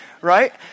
right